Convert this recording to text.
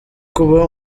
kuba